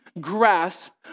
grasp